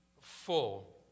full